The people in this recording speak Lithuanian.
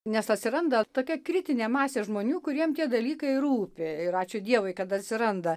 nes atsiranda tokia kritinė masė žmonių kuriem tie dalykai rūpi ir ačiū dievui kad atsiranda